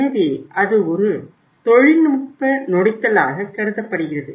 எனவே அது ஒரு தொழில்நுட்ப நொடித்தலாக கருதப்படுகிறது